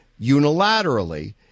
unilaterally